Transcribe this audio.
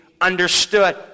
understood